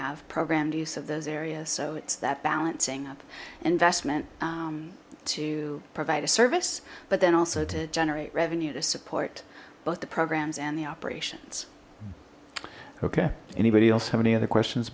have programmed use of those areas so it's that balancing of investment to provide a service but then also to generate revenue to support both the programs and the operations ok anybody else have any other questions